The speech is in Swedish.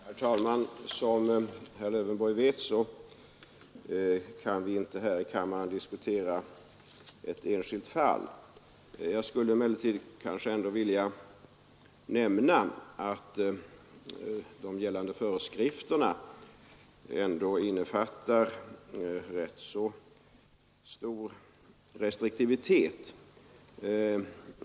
Herr talman! Som herr Lövenborg vet kan vi inte här i kammaren diskutera ett enskilt fall. Jag skulle emellertid vilja nämna att gällande föreskrifter är ganska restriktiva.